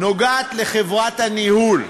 נוגעת לחברת הניהול.